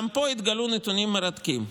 גם פה התגלו נתונים מרתקים.